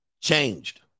changed